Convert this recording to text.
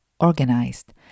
organized